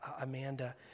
Amanda